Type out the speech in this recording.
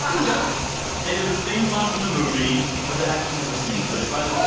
um know it is this theme song from the movie, which i've actually never seen. but it's by the